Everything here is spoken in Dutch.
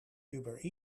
uber